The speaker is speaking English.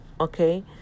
Okay